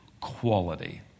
quality